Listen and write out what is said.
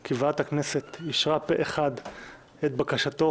כי ועדת הכנסת אישרה פה אחד את בקשתו